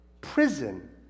prison